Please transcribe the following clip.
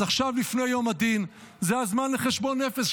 אז עכשיו לפני יום הדין זה הזמן לחשבון נפש,